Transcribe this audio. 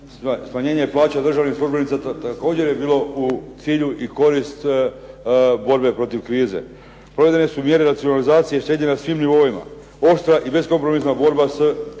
smanjenje plaća državnim službenicima također je bilo u cilju i korist borbe protiv krize. Provedene su mjere racionalizacije i štednje na svim nivoima, oštra i beskompromisna borba s